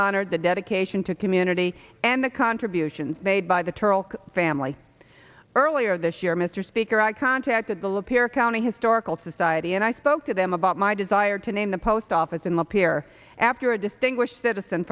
honored the dedication to community and the contributions made by the turok family earlier this year mr speaker i contacted the lapeer county historical society and i spoke to them about my desire to name the post office in the pier after a distinguished citizen